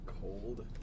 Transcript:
Cold